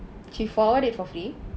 she forward it for free